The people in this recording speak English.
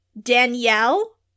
Danielle